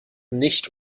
nicht